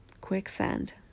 quicksand